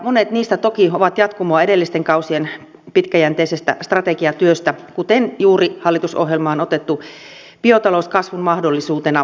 monet niistä toki ovat jatkumoa edellisten kausien pitkäjänteisestä strategiatyöstä kuten juuri hallitusohjelmaan otettu biotalous kasvun mahdollisuutena